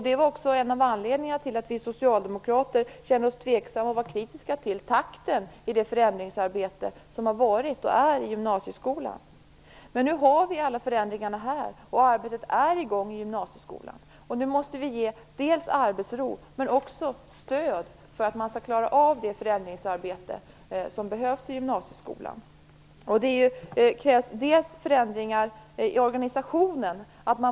Det var också en av anledningarna till att vi socialdemokrater kände oss tveksamma och var kritiska till takten i det förändringsarbete som har pågått och som pågår i gymnasieskolan. Men nu är alla förändringarna här, och arbetet är i gång i gymnasieskolan. Nu måste vi ge dels arbetsro, dels stöd för att man skall klara av det förändringsarbete som behövs i gymnasieskolan. Det krävs förändringar i organisationen.